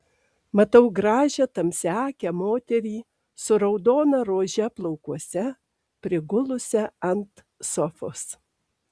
matau gražią tamsiaakę moterį su raudona rože plaukuose prigulusią ant sofos